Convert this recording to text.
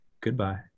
goodbye